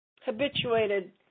habituated